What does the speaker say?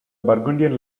burgundian